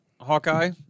Hawkeye